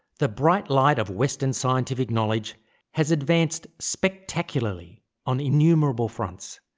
the bright light of western scientific knowledge has advanced spectacularly on innumerable fronts,